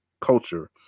culture